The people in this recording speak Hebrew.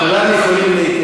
כולם יכולים,